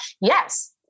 Yes